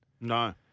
No